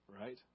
Right